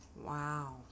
Wow